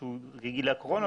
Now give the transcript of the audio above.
משהו רגעי לקורונה,